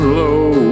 low